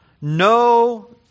no